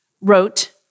wrote